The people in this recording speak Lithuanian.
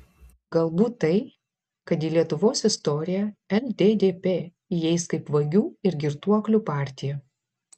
galbūt tai kad į lietuvos istoriją lddp įeis kaip vagių ir girtuoklių partija